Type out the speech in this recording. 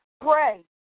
pray